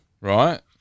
right